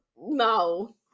No